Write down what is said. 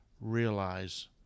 realize